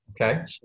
Okay